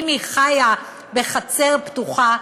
אם היא חיה בחצר פתוחה,